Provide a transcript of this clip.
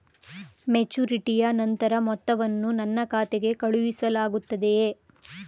ಮೆಚುರಿಟಿಯ ನಂತರ ಮೊತ್ತವನ್ನು ನನ್ನ ಖಾತೆಗೆ ಕಳುಹಿಸಲಾಗುತ್ತದೆಯೇ?